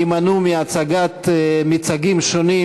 הימנעו מהצגת מיצגים שונים,